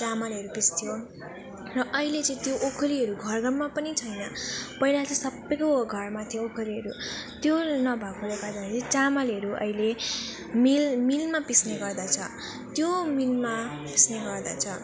चामलहरू पिस्थ्यो र अहिले चाहिँ त्यो ओखलीहरू घर घरमा पनि छैन पहिला चाहिँ सबको घरमा थियो ओखलीहरू त्यो नभएकाले गर्दाखेरि चाहिँ चामलहरू अहिले मिल मिलमा पिस्ने गर्दछ त्यो मिलमा पिस्ने गर्दछ